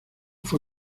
fue